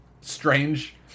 strange